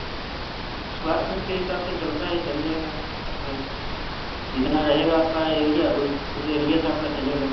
square feet के हिसाब से चलता है चल जाएगा आपका जितना रहेगा आपका एरिया उस उस एरिया से आपका चलेगा